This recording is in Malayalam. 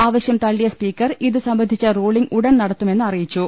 ആവശ്യം തള്ളിയ സ്പീക്കർ ഇത് സംബന്ധിച്ചു റൂളിങ് ഉടൻ നടത്തുമെന്ന് അറി യിച്ചു